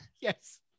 Yes